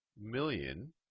million